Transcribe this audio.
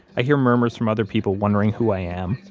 i hear murmurs from other people wondering who i am,